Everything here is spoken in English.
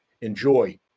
enjoy